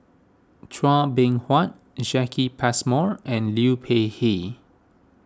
Chua Beng Huat Jacki Passmore and Liu Peihe